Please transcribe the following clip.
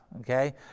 Okay